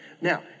Now